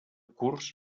curs